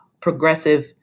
progressive